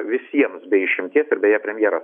visiems be išimties ir beje premjeras